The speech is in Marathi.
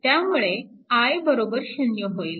त्यामुळे I 0 होईल